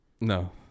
No